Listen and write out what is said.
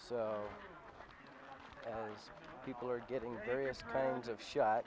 people are getting various kinds of shot